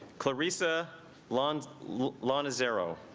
clarissa land line zero